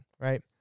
Right